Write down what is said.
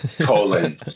colon